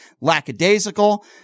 lackadaisical